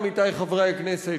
עמיתי חבר הכנסת,